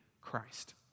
Christ